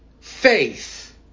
faith